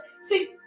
See